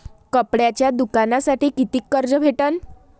कापडाच्या दुकानासाठी कितीक कर्ज भेटन?